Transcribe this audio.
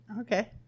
Okay